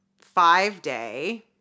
five-day